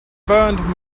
burned